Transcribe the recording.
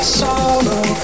sorrow